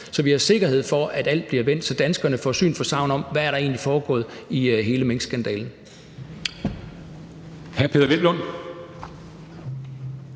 så vi har sikkerhed for, at alt bliver vendt, så danskerne får syn for sagen om, hvad der egentlig er foregået i hele minkskandalen.